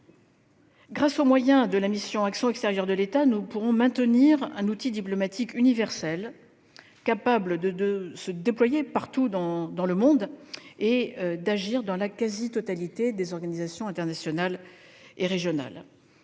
Grâce aux moyens de la mission « Action extérieure de l'État », nous pourrons maintenir un outil diplomatique universel, capable de se déployer partout dans le monde et d'agir dans la quasi-totalité des organisations internationales et régionales.